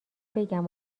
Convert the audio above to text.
بگم